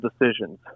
decisions